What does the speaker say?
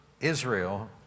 Israel